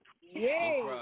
Yay